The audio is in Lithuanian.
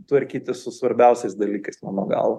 tvarkytis su svarbiausiais dalykais mano galva